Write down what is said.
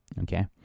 Okay